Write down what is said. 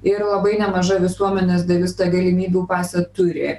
ir labai nemaža visuomenės dalis tą galimybių pasą turi